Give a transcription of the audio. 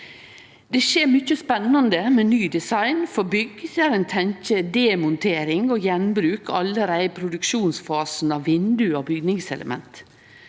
Det skjer mykje spennande med ny design for bygg der ein tenkjer demontering og gjenbruk allereie i produksjonsfasen av vindauge og bygningselement.